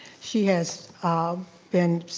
she has um been,